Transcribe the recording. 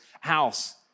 house